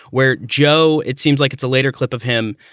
where joe. it seems like it's a later clip of him,